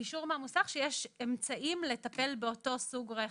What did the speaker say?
אישור מהמוסך שיש אמצעים לטפל באותו סוג רכב.